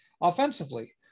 offensively